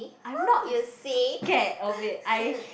!huh! you see